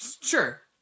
Sure